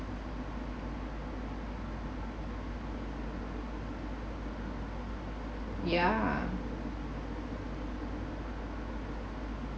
yeah